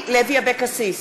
אבקסיס,